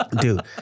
Dude